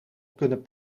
kunnen